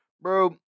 bro